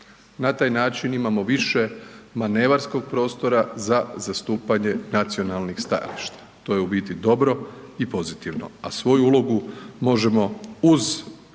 Na taj način imamo više manevarskog prostora za zastupanje nacionalnih stajališta, to je u biti dobro i pozitivno, a svoju ulogu možemo uz